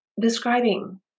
describing